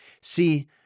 See